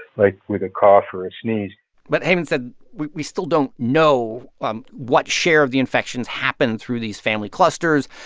like with a cough or sneeze but heymann said we we still don't know um what share of the infections happened through these family clusters.